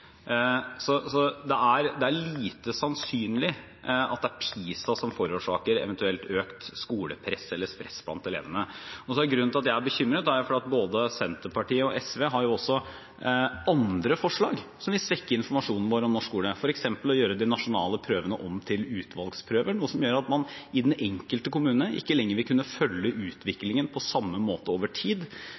Det er lite sannsynlig at PISA forårsaker eventuelt økt skolepress eller stress blant elevene. Grunnen til at jeg er bekymret, er at både Senterpartiet og SV også har andre forslag som vil svekke informasjonen om norsk skole, som f.eks. det å gjøre om de nasjonale prøvene til utvalgsprøver, noe som gjør at man i den enkelte kommune ikke lenger vil kunne følge utviklingen på samme måte over tid